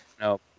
No